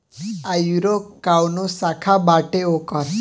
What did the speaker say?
आयूरो काऊनो शाखा बाटे ओकर